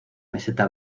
meseta